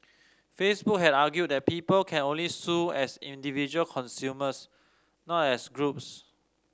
Facebook had argued that people can only sue as individual consumers not as groups